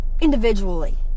individually